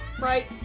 right